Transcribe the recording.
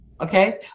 Okay